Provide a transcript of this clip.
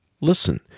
Listen